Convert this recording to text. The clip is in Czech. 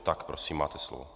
Tak prosím, máte slovo.